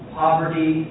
poverty